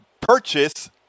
purchase